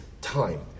time